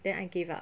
then I gave up